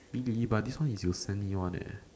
really but this one is you send me one eh